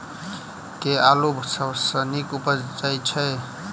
केँ आलु सबसँ नीक उबजय छै?